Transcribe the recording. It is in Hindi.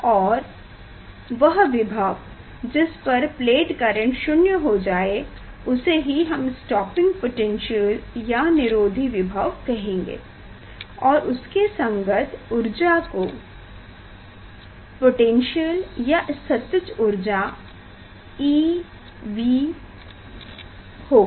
और वह विभव जिस पर प्लेट करेंट शून्य हो जाए उसे ही हम स्टॉपिंग पोटैन्श्यल या निरोधी विभव कहेंगे और उसके संगत ऊर्जा को पोटेनशियल या स्थितिज ऊर्जा eV होगा